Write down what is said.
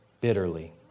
bitterly